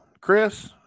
Chris